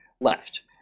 left